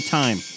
time